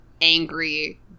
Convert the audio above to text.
angry